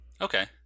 Okay